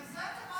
נו, אני יודעת.